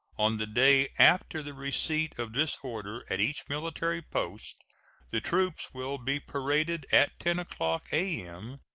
on the day after the receipt of this order at each military post the troops will be paraded at ten o'clock a m.